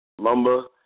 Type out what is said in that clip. Lumber